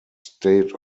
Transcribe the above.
state